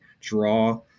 draw